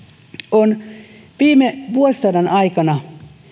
on viime vuosisadan aikana